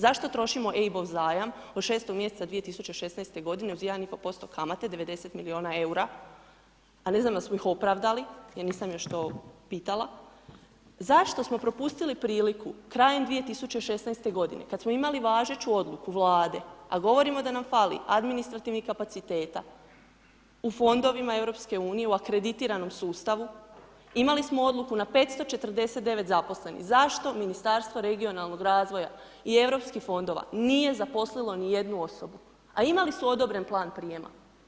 Zašto trošimo EIB-ov zajam od 6 mjeseca 2016. godine uz 1,5% kamate 90 milijuna EUR-a, a ne znamo da smo ih opravdali, jer nisam još to pitala, zašto smo propustili priliku krajem 2016. godine, kad smo imali važeću Odluku Vlade, a govorimo da nam fali administrativnih kapaciteta, u fondovima Europske unije, u akreditiranom sustavu, imali smo Odluku na 549 zaposlenih, zašto Ministarstvo regionalnoga razvoja i Europskih fondova nije zaposlilo ni jednu osobu, a imali su odobren Plan prijema?